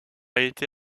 été